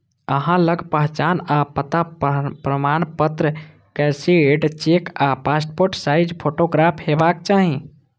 अहां लग पहचान आ पता प्रमाणपत्र, कैंसिल्ड चेक आ पासपोर्ट साइज फोटोग्राफ हेबाक चाही